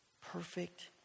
perfect